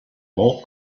more